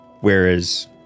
Whereas